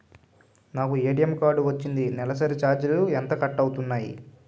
నాకు ATM card వచ్చింది నెలసరి ఛార్జీలు ఎంత కట్ అవ్తున్నాయి?